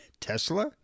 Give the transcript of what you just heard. Tesla